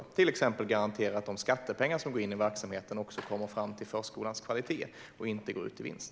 Vi vill till exempel garantera att de skattepengar som går in i verksamheten också kommer fram till förskolans kvalitet och inte går ut i vinst.